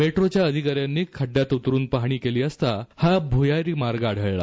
मेट्रोच्या अधिकाऱ्यांनी खड्ड्यात उतरून पाहणी केली असता हा भुयारी मार्ग आढळला